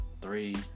three